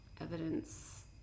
evidence